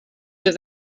was